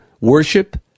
worship